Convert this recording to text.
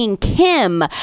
Kim